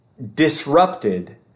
disrupted